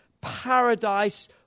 paradise